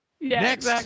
Next